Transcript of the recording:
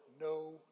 No